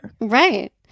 right